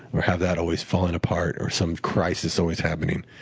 or have that always falling apart or some crisis always happening.